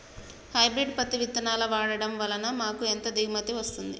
Hybrid పత్తి విత్తనాలు వాడడం వలన మాకు ఎంత దిగుమతి వస్తుంది?